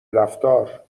رفتار